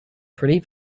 pretty